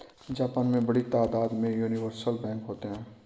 Japan में बड़ी तादाद में यूनिवर्सल बैंक होते हैं